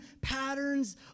patterns